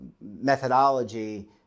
Methodology